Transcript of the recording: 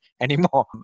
anymore